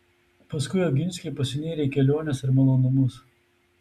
paskui oginskiai pasinėrė į keliones ir malonumus